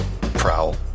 Prowl